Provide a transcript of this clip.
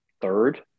third